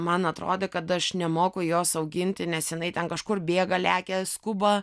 man atrodė kad aš nemoku jos auginti nes jinai ten kažkur bėga lekia skuba